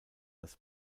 das